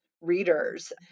readers